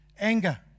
Anger